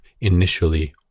initially